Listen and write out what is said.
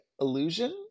illusion